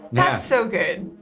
that's so good.